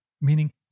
meaning